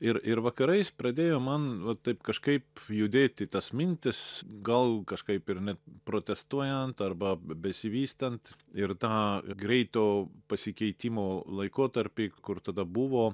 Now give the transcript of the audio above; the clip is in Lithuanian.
ir ir vakarais pradėjo man va taip kažkaip judėti tas mintis gal kažkaip ir net protestuojant arba besivystant ir tą greito pasikeitimo laikotarpį kur tada buvo